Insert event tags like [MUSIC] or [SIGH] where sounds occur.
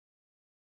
[UNINTELLIGIBLE]